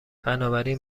بنابراین